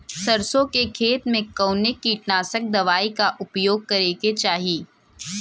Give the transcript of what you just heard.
सरसों के खेत में कवने कीटनाशक दवाई क उपयोग करे के चाही?